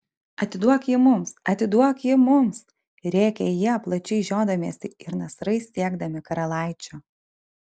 atiduok jį mums atiduok jį mums rėkė jie plačiai žiodamiesi ir nasrais siekdami karalaičio